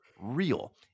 real